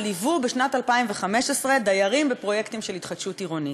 שליוו בשנת 2015 דיירים בפרויקטים של התחדשות עירונית.